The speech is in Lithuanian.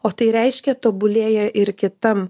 o tai reiškia tobulėja ir kitam